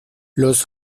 los